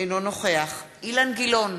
אינו נוכח אילן גילאון,